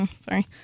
Sorry